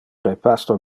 repasto